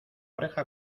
oreja